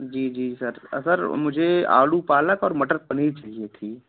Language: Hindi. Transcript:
जी जी सर सर मुझे आलू पालक और मटर पनीर चाहिए थी